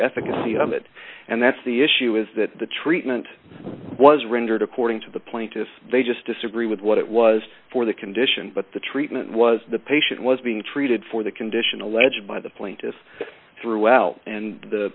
efficacy of it and that's the issue is that the treatment was rendered according to the plaintiffs they just disagree with what it was for the condition but the treatment was the patient was being treated for the condition alleged by the plaintiff throughout and the